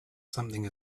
something